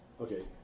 Okay